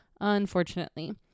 unfortunately